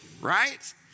right